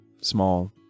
small